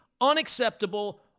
unacceptable